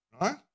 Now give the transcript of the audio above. Right